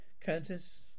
Countess